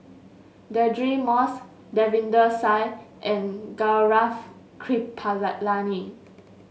Deirdre Moss Davinder and Gaurav Kripalani